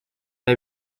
may